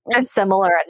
similar